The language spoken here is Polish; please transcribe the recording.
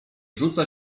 rzuca